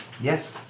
Yes